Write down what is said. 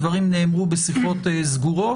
הדברים נאמרו בשיחות סגורות.